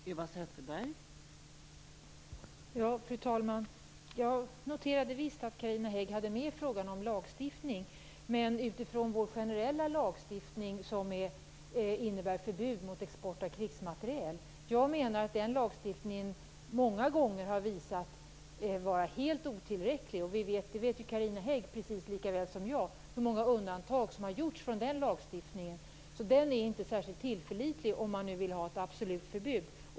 Fru talman! Jag noterade visst att Carina Hägg hade med frågan om lagstiftning. Men det var utifrån vår generella lagstiftning, som innebär förbud mot export av krigsmateriel. Jag menar att den lagstiftningen många gånger har visat sig vara helt otillräcklig. Det vet Carina Hägg precis lika bra som jag hur många undantag som har gjorts från den lagstiftningen. Den är inte särskilt tillförlitlig, om man nu vill ha ett absolut förbud.